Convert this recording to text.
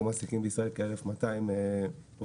אנחנו מעסיקים בישראל כ-1,200 עובדים